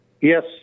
Yes